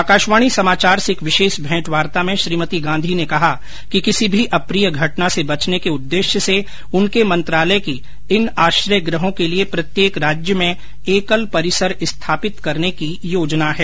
आकाशवाणी समाचार से एक विशेष भेंटवार्ता में श्रीमती मेनका गांधी ने कहा कि किसी भी अप्रिय घटना से बचने के उद्देश्य से उनके मंत्रालय की इन आश्रय गृहों के लिए प्रत्येक राज्य में एकल परिसर स्थापित करने की योजना है